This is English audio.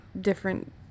different –